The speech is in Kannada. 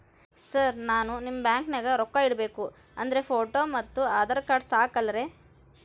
ಸರ್ ನಾನು ನಿಮ್ಮ ಬ್ಯಾಂಕನಾಗ ರೊಕ್ಕ ಇಡಬೇಕು ಅಂದ್ರೇ ಫೋಟೋ ಮತ್ತು ಆಧಾರ್ ಕಾರ್ಡ್ ಸಾಕ ಅಲ್ಲರೇ?